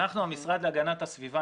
אנחנו המסגרת להגנת הסביבה.